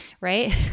Right